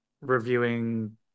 reviewing